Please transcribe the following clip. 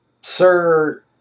Sir